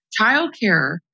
childcare